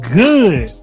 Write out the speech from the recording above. good